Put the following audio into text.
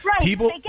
people